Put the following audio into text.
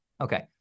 Okay